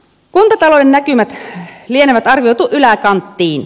kuntatalouden näkymät lienee arvioitu yläkanttiin